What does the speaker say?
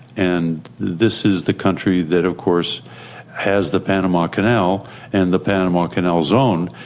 and this is the country that of course has the panama canal and the panama canal zone,